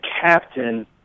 captain